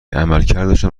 عملکردشان